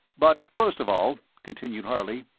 but first of all, continued harley,